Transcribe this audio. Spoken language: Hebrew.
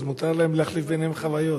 אז מותר להם להחליף ביניהם חוויות.